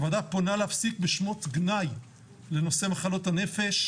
הוועדה פונה להפסיק בשמות גנאי לנושא מחלות הנפש.